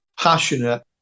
passionate